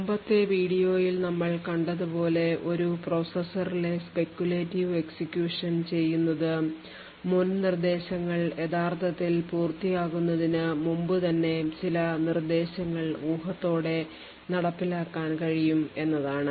മുമ്പത്തെ വീഡിയോയിൽ നമ്മൾ കണ്ടതുപോലെ ഒരു പ്രോസസ്സറിലെ speculative execution ചെയ്യുന്നത് മുൻ നിർദ്ദേശങ്ങൾ യഥാർത്ഥത്തിൽ പൂർത്തിയാകുന്നതിന് മുമ്പുതന്നെ ചില നിർദ്ദേശങ്ങൾ ഊഹത്തോടെ നടപ്പിലാക്കാൻ കഴിയും എന്നതാണ്